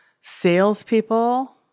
salespeople